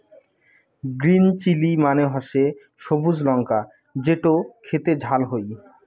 green chilli মানে হসে সবুজ লঙ্কা যেটো খেতে ঝাল হই